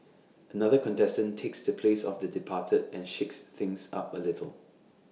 another contestant takes the place of the departed and shakes things up A little